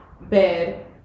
bed